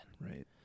Right